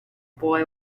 boy